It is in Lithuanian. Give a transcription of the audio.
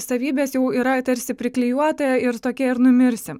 savybės jau yra tarsi priklijuota ir tokie ir numirsim